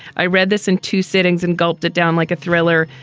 i read this in two sittings and gulped it down like a thriller.